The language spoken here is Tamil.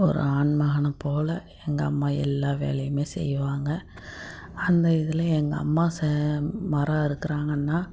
ஒரு ஆண் மகனை போல் எங்கள் அம்மா எல்லாம் வேலையுமே செய்வாங்க அந்த இதில் எங்கள் அம்மா செய் மரம் அறுக்குறாங்கன்னா